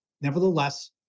Nevertheless